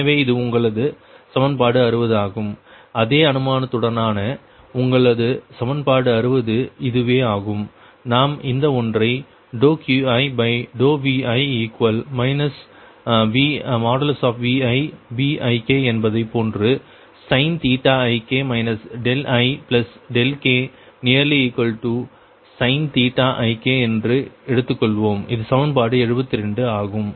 எனவே இது உங்களது சமன்பாடு 60 ஆகும் அதே அனுமானத்துடனான உங்களது சமன்பாடு 60 இதுவே ஆகும் நாம் இந்த ஒன்றை QiVi ViBik என்பதைப் போன்று sin ik ik sin ik என்று எடுத்துக்கொள்வோம் இது சமன்பாடு 72 ஆகும்